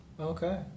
Okay